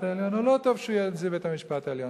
העליון או לא טוב שיהיה נשיא בית-המשפט העליון.